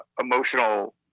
emotional